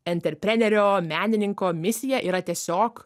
enterprenerio menininko misija yra tiesiog